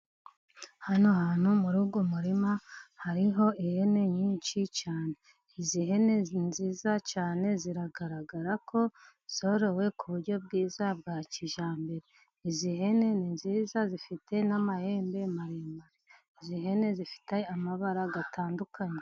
Hano hantu muriuwo murima, hariho ihene nyinshi cyane. Izi hene nziza cyane ziragaragara ko zorowe kuburyo bwiza bwa kijyambere, izi hene ni nziza zifite n'amahembe maremare, izi hene zifite amabara atandukanye.